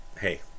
hey